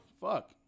Fuck